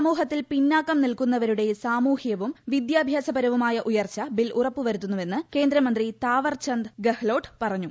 സമൂഹത്തിൽ പിന്നാക്കം നിൽക്കുന്നവരുടെ സാമൂഹ്യവും വിദ്യാഭ്യാസപരവുമായ ഉയർച്ച ബിൽ ഉറപ്പു വരുത്തുന്നുവെന്ന് കേന്ദ്രമന്ത്രി താവർചന്ദ് ഗഹ്ലോട്ട് പറഞ്ഞു